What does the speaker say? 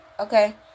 Okay